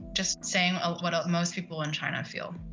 just saying what ah most people in china feel.